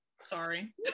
Sorry